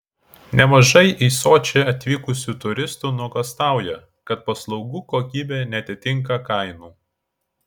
nemažai į sočį atvykusių turistų nuogąstauja kad paslaugų kokybė neatitinka kainų